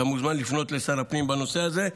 אתה מוזמן לפנות לשר הפנים בנושא הזה.